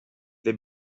they